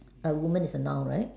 a woman is a noun right